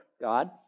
God